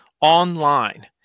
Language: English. online